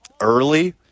early